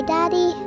Daddy